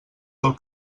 del